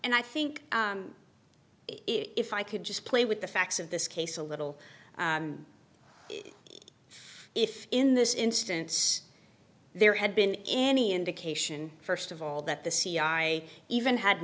and i think if i could just play with the facts of this case a little if in this instance there had been any indication first of all that the c i even had